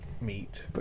meat